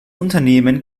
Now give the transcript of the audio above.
unternehmen